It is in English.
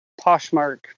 Poshmark